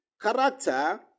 character